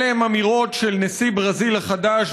אלה הן אמירות של נשיא ברזיל החדש,